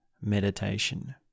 meditation